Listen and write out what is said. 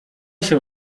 się